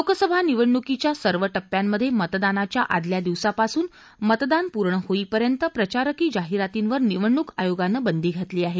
लोकसभा निवडणुकीच्या सर्व टप्प्यांमधे मतदानाच्या आदल्या दिवसापासून मतदान पूर्ण होईपर्यंत प्रचारकी जाहिरातींवर निवडणूक आयोगानं बंदी घातली आहे